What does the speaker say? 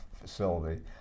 facility